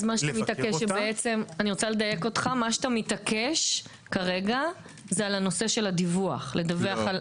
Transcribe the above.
מה שאתה מתעקש כרגע זה על נושא הדיווח?